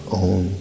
own